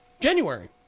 January